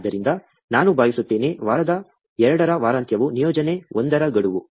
ಆದ್ದರಿಂದ ನಾನು ಭಾವಿಸುತ್ತೇನೆ ವಾರದ 2 ರ ವಾರಾಂತ್ಯವು ನಿಯೋಜನೆ 1 ರ ಗಡುವು